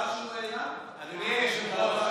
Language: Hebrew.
אדוני היושב-ראש,